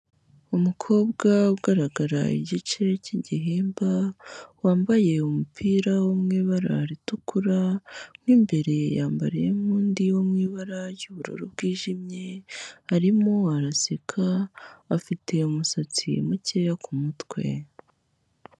Umukobwa ugaragara igice cy'igihimba wambaye umupira wo mu ibara ritukura. Mu imbere yambariyemo undi wo mu ibara ry'ubururu bwijimye. Arimo araseka afite umusatsi mukeya ku mutwe.